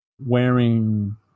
wearing